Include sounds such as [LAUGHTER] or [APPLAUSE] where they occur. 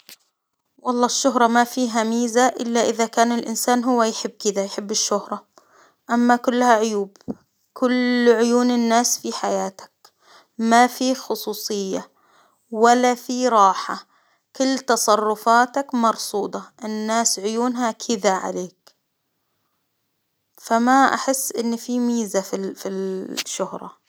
والله الشهرة ما فيها ميزة إلا إذا كان الإنسان هو يحب كدا يحب الشهرة، أما كلها عيوب، كل عيون الناس في حياتك، ما في خصوصية، ولا في راحة، كل تصرفاتك مرصودة، الناس عيونها كذا عليك فما أحس إنه في ميزة في [HESITATION] الشهرة.